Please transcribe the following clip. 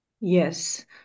Yes